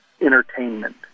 entertainment